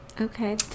okay